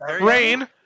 Rain